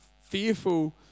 fearful